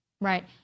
Right